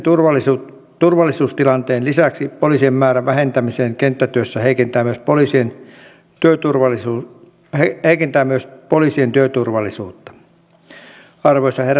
on erittäin hieno asia että nyt ollaan etenemässä näiden itsehallintoalueiden suhteen ja myöskin tuo sote ratkaisu etenee